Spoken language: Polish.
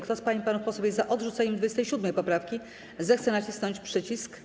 Kto z pań i panów posłów jest za odrzuceniem 27. poprawki, zechce nacisnąć przycisk.